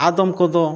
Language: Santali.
ᱟᱫᱚᱢ ᱠᱚᱫᱚ